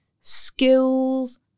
skills